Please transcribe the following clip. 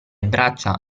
braccia